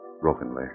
brokenly